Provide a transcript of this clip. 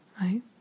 Right